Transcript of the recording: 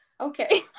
Okay